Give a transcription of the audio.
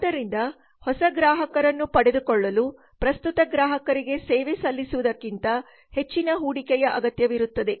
ಆದ್ದರಿಂದ ಹೊಸ ಗ್ರಾಹಕರನ್ನು ಪಡೆದುಕೊಳ್ಳಲು ಪ್ರಸ್ತುತ ಗ್ರಾಹಕರಿಗೆ ಸೇವೆ ಸಲ್ಲಿಸುವುದಕ್ಕಿಂತ ಹೆಚ್ಚಿನ ಹೂಡಿಕೆಯ ಅಗತ್ಯವಿರುತ್ತದೆ